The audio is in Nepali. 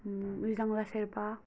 मृजङ्ला शेर्पा